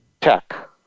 tech